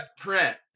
print